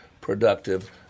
productive